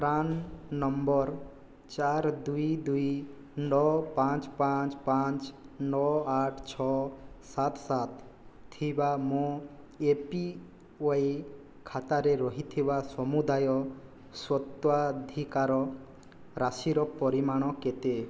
PRAN number ଚାର ଦୁଇ ଦୁଇ ନଅ ପାଞ୍ଚ ପାଞ୍ଚ ପାଞ୍ଚ ନଅ ଆଠ ଛଅ ସାତ ସାତ ଥିବା ମୋ ଏ ପି ୱାଇ ଖାତାରେ ରହିଥିବା ସମୁଦାୟ ସ୍ୱତ୍ୱାଧିକାର ରାଶିର ପରିମାଣ କେତେ